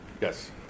yes